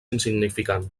insignificant